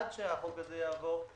עד שהחוק הזה יעבור,